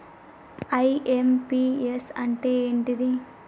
IMPS అంటే ఏంటిది?